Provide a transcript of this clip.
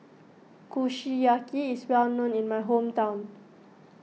Kushiyaki is well known in my hometown